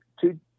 two